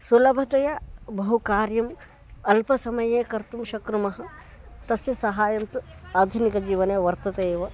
सुलभतया बहु कार्यम् अल्पसमये कर्तुं शक्नुमः तस्य सहायं तु आधुनिकजीवने वर्तते एव